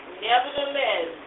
Nevertheless